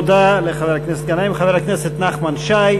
תודה לחבר הכנסת גנאים.